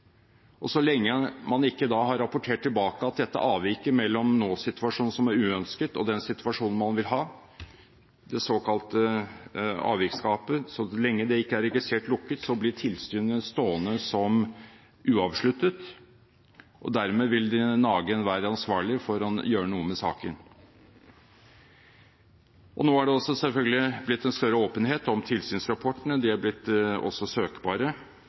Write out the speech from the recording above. Og så lenge man da ikke har rapportert tilbake at dette avviket mellom nåsituasjonen, som er uønsket, og den situasjonen man vil ha – det såkalte avviksgapet – er registrert lukket, blir tilsynet stående som uavsluttet, og dermed vil det nage enhver ansvarlig for å gjøre noe med saken. Nå er det selvfølgelig også blitt en større åpenhet om tilsynsrapportene. De er også blitt søkbare. Det